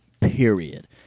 period